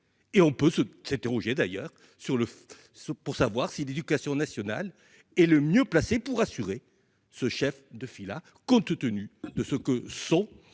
et on peut se c'était rouge et d'ailleurs sur le ce, pour savoir si l'éducation nationale est le mieux placé pour assurer ce chef de file à compte tenu de ce que sont ses